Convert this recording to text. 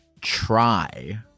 try